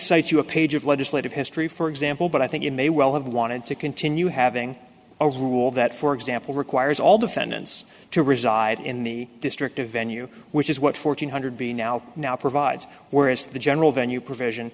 cite you a page of legislative history for example but i think you may well have wanted to continue having a rule that for example requires all defendants to reside in the district of venue which is what fourteen hundred b now now provides whereas the general venue provision